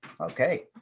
Okay